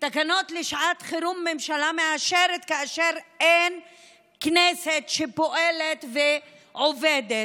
שתקנות לשעת חירום הממשלה מאשרת כאשר אין כנסת שפועלת ועובדת,